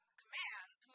commands